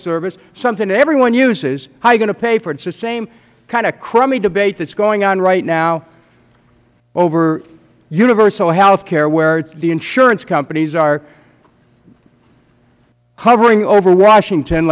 service something that everyone uses how are you going to pay for it it is the same kind of crummy debate that is going on right now over universal health care where the insurance companies are hovering over washington